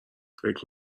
فکر